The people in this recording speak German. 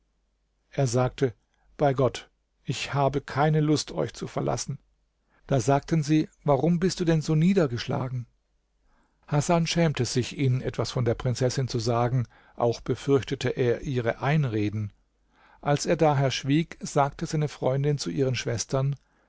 er sagte bei gott ich habe keine lust euch zu verlassen da sagten sie warum bist du denn so niedergeschlagen hasan schämte sich ihnen etwas von der prinzessin zu sagen auch befürchtete er ihre einreden als er daher schwieg sagte seine freundin zu ihren schwestern